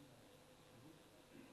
שלוש פעמים החזירו אותה.